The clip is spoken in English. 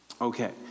Okay